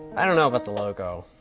i don't know about the logo.